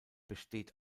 besteht